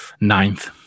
ninth